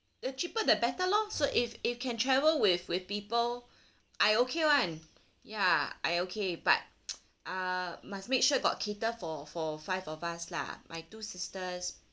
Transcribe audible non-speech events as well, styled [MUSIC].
the cheaper the better lor so if if can travel with with people I okay [one] ya I okay but [NOISE] uh must make sure got cater for for five of us lah my two sisters